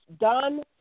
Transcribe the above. done